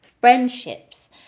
friendships